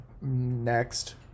Next